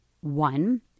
one